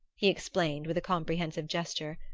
he explained with a comprehensive gesture.